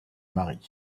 marient